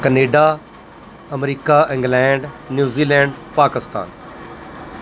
Canada America England New Zealand Pakistan